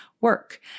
work